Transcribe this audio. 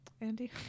Andy